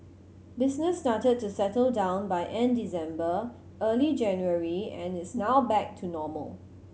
business started to settle down by end December early January and is now back to normal